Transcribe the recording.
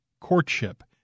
courtship